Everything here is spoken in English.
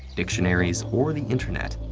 dictionaries, or the internet.